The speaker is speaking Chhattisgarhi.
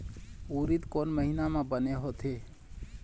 उरीद कोन महीना म बने होथे?